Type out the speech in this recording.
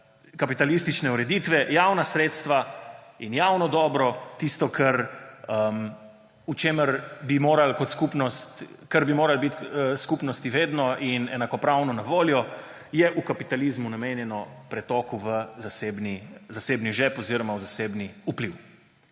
kapitalistične ureditve. Javna sredstva in javno dobro, tisto, kar bi moralo biti skupnosti vedno in enakopravno na voljo, je v kapitalizmu namenjeno pretoku v zasebni žep oziroma v zasebni vpliv.